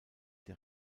der